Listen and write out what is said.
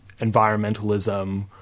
environmentalism